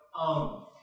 own